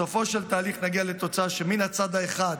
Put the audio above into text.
בסופו של תהליך נגיע לתוצאה שמן הצד האחד